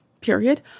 period